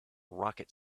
rocket